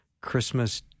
Christmas